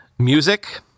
Music